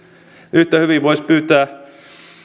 yhtä hyvin voisi pyytää